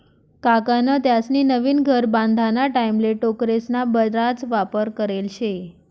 काकान त्यास्नी नवीन घर बांधाना टाईमले टोकरेस्ना बराच वापर करेल शे